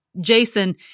Jason